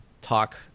talk